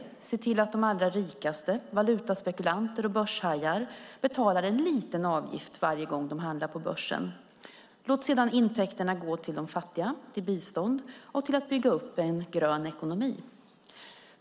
Man ska se till att de allra rikaste valutaspekulanterna och börshajarna betalar en liten avgift varje gång de handlar på börsen. Man låter sedan intäkterna gå till de fattiga, till bistånd och till att bygga upp en grön ekonomi.